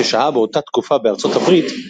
ששהה באותה תקופה בארצות הברית,